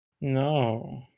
No